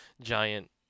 giant